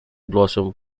blossom